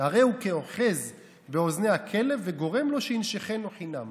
הרי הוא כאוחז באוזני הכלב וגורם לו שיישכנו חינם.